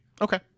Okay